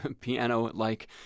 piano-like